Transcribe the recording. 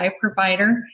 provider